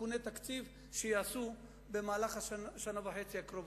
תיקוני תקציב שייעשו במהלך השנה וחצי הקרובות.